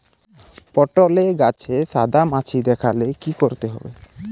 পটলে গাছে সাদা মাছি দেখালে কি করতে হবে?